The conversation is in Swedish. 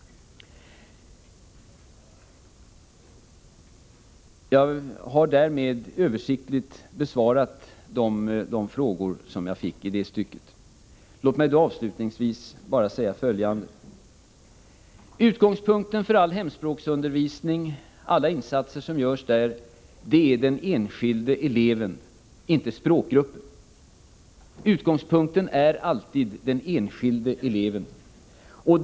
Jag har härmed översiktligt besvarat de frågor som jag fick i det stycket. Låt mig avslutningsvis bara säga följande. Utgångspunkten för all hemspråksundervisning och alla insatser som görs på det området är alltid den enskilde eleven, inte språkgruppen.